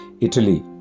Italy